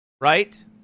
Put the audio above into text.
Right